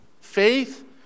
faith